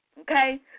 Okay